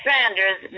Sanders